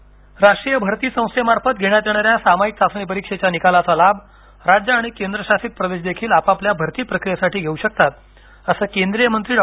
जितेंद्र सिंग राष्ट्रीय भरती संस्थेमार्फत घेण्यात येणाऱ्या सामायिक चाचणी परीक्षेच्या निकालाचा लाभ राज्य आणि केंद्रशासित प्रदेश देखील आपापल्या भरती प्रक्रियेसाठी घेऊ शकतात असं केंद्रीय मंत्री डॉ